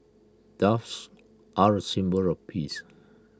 doves are A symbol of peace